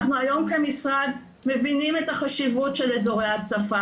אנחנו היום כמשרד מבינים את החשיבות של אזורי ההצפה